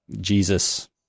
jesus